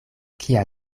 kia